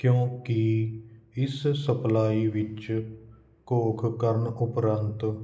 ਕਿਉਂਕਿ ਇਸ ਸਪਲਾਈ ਵਿੱਚ ਘੋਖ ਕਰਨ ਉਪਰੰਤ